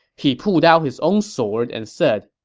he pulled out his own sword and said,